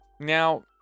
Now